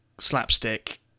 slapstick